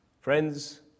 Friends